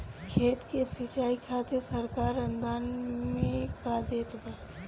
खेत के सिचाई खातिर सरकार अनुदान में का देत बा?